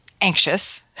anxious